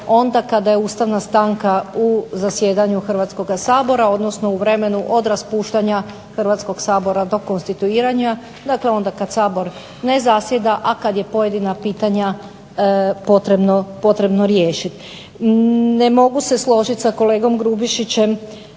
onda kada je ustavna stanka u zasjedanju Hrvatskoga sabora, odnosno u vremenu od raspuštanja Hrvatskog sabora do konstituiranja. Dakle, onda kad Sabor ne zasjeda a kad je pojedina pitanja potrebno riješiti. Ne mogu se složit sa kolegom Grubišićem